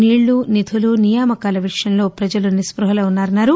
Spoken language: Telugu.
నీళ్లు నిధులు నియామకాల విషయంలో ప్రజలు నిస్సుహలో వున్సారని అన్నారు